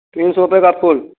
तीन सौ रुपये का फुल